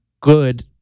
good